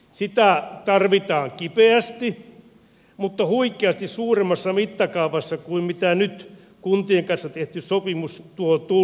sitä tarvitaan kipeästi mutta huikeasti suuremmassa mittakaavassa kuin mitä nyt kuntien kanssa tehty sopimus tuo tullessaan